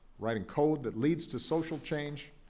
writing code that leads to social change,